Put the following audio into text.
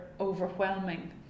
overwhelming